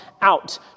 out